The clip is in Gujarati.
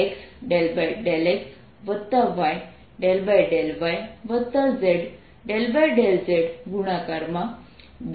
2αxxβyy 3γzz સમાન છે